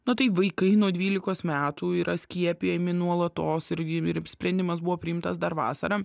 nu tai vaikai nuo dvylikos metų yra skiepijami nuolatos ir ir sprendimas buvo priimtas dar vasarą